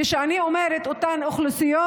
כשאני אומרת "אותן אוכלוסיות"